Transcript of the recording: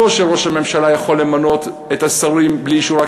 ולא שראש הממשלה יכול למנות את השרים בלי אישור הכנסת,